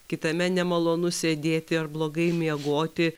kitame nemalonu sėdėti ar blogai miegoti